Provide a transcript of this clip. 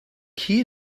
key